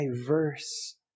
diverse